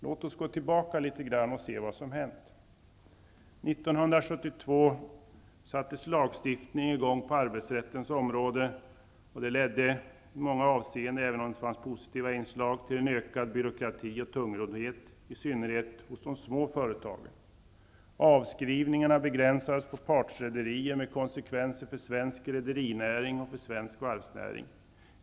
Låt oss gå tillbaka litet grand och se vad som hänt. År 1972 sattes lagstiftningen på arbetsrättens område i gång. Det ledde i många avseenden, även om det fanns positiva inslag, till en ökad byråkrati och tungroddhet, i synnerhet hos de små företagen. Avskrivningarna på partsrederier begränsades. Det fick konsekvenser för svensk rederinäring och för svensk varvsnäring.